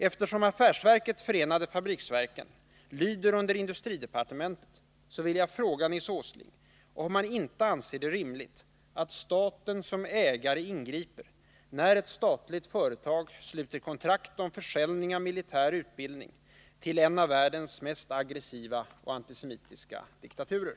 Eftersom affärsverket förenade fabriksverken lyder under industridepartementet vill jag fråga Nils Åsling om han inte anser det rimligt att staten som ägare ingriper när ett statligt företag sluter kontrakt om försäljning av militär utbildning till en av världens mest aggressiva antisemitiska diktaturer?